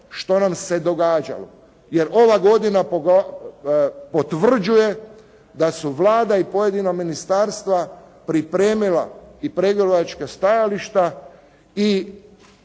što nam se događalo. Jer, ova godina potvrđuje da su Vlada i pojedina ministarstva pripremila i pregovaračka stajališta i